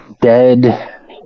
dead